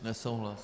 Nesouhlas.